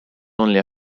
only